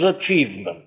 achievement